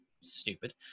stupid